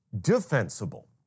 defensible